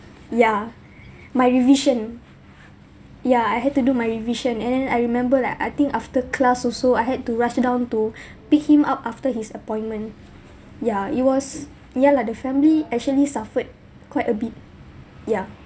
yeah my revision ya I had to do my revision and then I remember like I think after class also I had to rush it down to pick him up after his appointment ya it was ya lah the family actually suffered quite a bit ya